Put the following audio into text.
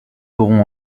auront